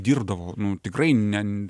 dirbdavau nu tikrai ne